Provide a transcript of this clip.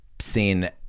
seen